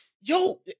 Yo